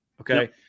okay